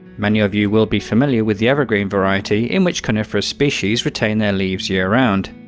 many of you will be familiar with the evergreen variety, in which coniferous species retain their leaves year round.